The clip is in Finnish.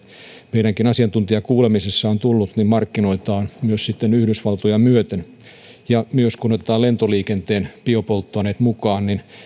meidänkin asiantuntijakuulemisissa on tullut esiin markkinoita on sitten yhdysvaltoja myöten myös kun otetaan lentoliikenteen biopolttoaineet mukaan niin